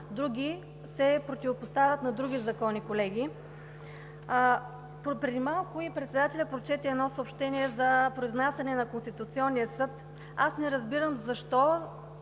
други се противопоставят на други закони, колеги. Преди малко госпожа председателят прочете едно съобщение за произнасяне на Конституционния съд. Аз не разбирам защо